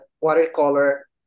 watercolor